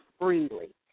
freely